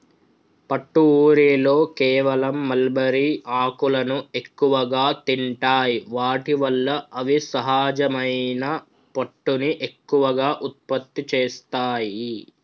పట్టు ఊరిలో కేవలం మల్బరీ ఆకులను ఎక్కువగా తింటాయి వాటి వల్ల అవి సహజమైన పట్టుని ఎక్కువగా ఉత్పత్తి చేస్తాయి